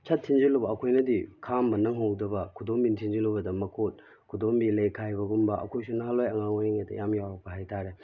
ꯁꯠ ꯊꯤꯟꯖꯤꯜꯂꯨꯕ ꯑꯩꯈꯣꯏꯅꯗꯤ ꯈꯥꯝꯕ ꯅꯪꯍꯧꯗꯕ ꯈꯨꯗꯣꯝꯕꯤꯅ ꯊꯤꯟꯖꯤꯜꯂꯨꯕꯗ ꯃꯈꯨꯠ ꯈꯨꯗꯣꯝꯕꯤ ꯂꯩꯈꯥꯏꯕꯒꯨꯝꯕ ꯑꯩꯈꯣꯏꯁꯨ ꯅꯍꯥꯟꯋꯥꯏ ꯑꯉꯥꯡ ꯑꯣꯏꯔꯤꯉꯩꯗ ꯌꯥꯝ ꯌꯥꯎꯔꯛꯄ ꯍꯥꯏꯕꯇꯥꯔꯦ